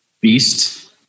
beast